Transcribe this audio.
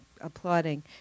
applauding